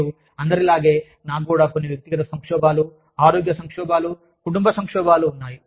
మరియు అందరిలాగే నాకు కూడా కొన్ని వ్యక్తిగత సంక్షోభాలు ఆరోగ్య సంక్షోభాలు కుటుంబ సంక్షోభాలు ఉన్నాయి